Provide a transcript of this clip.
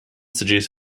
seduce